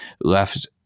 left